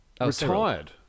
Retired